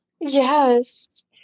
Yes